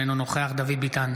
אינו נוכח דוד ביטן,